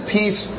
peace